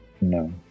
no